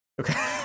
Okay